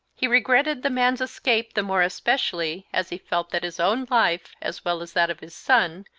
he regretted the man's escape the more especially as he felt that his own life, as well as that of his son,